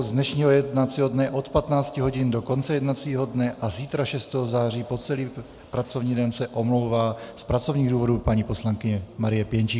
Z dnešního jednacího dne od 15 hodin do konce jednacího dne a zítra 6. září po celý pracovní den se omlouvá z pracovních důvodů paní poslankyně Marie Pěnčíková.